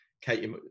Kate